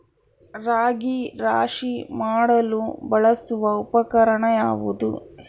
ರಾಗಿ ರಾಶಿ ಮಾಡಲು ಬಳಸುವ ಉಪಕರಣ ಯಾವುದು?